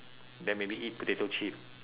then maybe eat potato chip